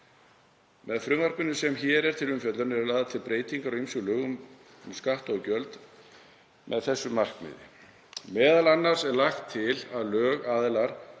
Með frumvarpinu sem hér er til umfjöllunar eru lagðar til breytingar á ýmsum lögum um skatta og gjöld með þessu markmiði. Meðal annars er lagt til að lögaðilar